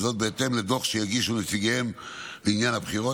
וזאת בהתאם לדוח שיגישו נציגיהם בעניין הבחירות,